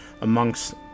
amongst